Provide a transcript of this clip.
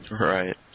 Right